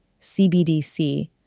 CBDC